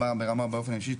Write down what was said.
תודה רבה באופן אישי,